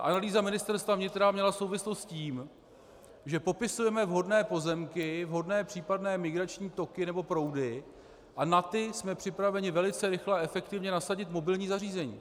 Analýza Ministerstva vnitra měla souvislost s tím, že popisujeme vhodné pozemky, vhodné případné migrační toky nebo proudy, a na ty jsme připraveni velice rychle a efektivně nasadit mobilní zařízení.